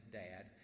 dad